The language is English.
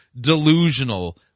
delusional